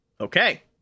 Okay